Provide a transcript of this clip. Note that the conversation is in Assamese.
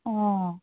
অ